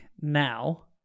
now